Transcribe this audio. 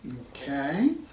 Okay